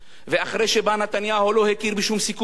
ואחרי שבא נתניהו הוא לא הכיר בשום סיכום,